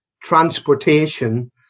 transportation